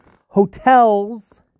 hotels